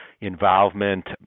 involvement